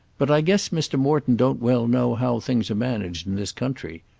but i guess mr. morton don't well know how things are managed in this country.